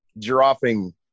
dropping